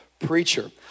preacher